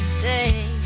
day